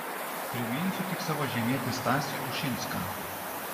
priminsiu tik savo žemietį stasį ušinską